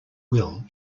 will